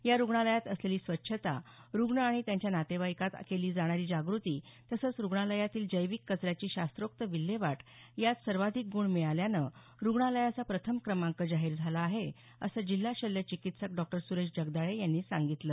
या रुग्णालयात असलेली स्वच्छता रुग्ण आणि त्यांच्या नातेवाईकात केली जाणारी जागृती तसंच रुग्णालयातील जैविक कचऱ्याची शास्त्रोक्त विल्हेवाट यात सर्वाधिक गुण मिळाल्यानं रुग्णालयाचा प्रथम क्रमांक जाहीर झाला आहे असं जिल्हा शल्य चिकित्सक डॉ सुरेश जगदाळे यांनी सांगितलं